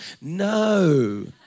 No